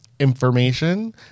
information